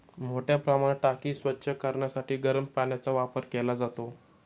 मोठ्या प्रमाणात टाकी स्वच्छ करण्यासाठी गरम पाण्याचा वापर केला जातो